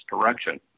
direction